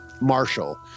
Marshall